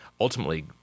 ultimately